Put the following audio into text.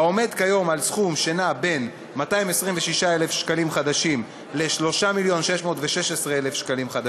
שכיום הוא בסכום שנע בין 226,000 ש"ח ל-3 מיליון ו-616,000 ש"ח,